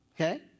Okay